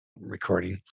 recording